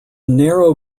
narrow